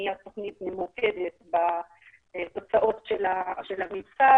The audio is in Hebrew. בניית תוכנית ממוקדת בתוצאות של המיצב,